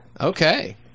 okay